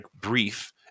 brief